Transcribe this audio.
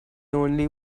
only